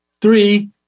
three